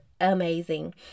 amazing